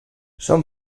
són